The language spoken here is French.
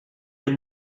elle